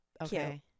okay